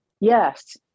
Yes